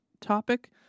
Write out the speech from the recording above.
topic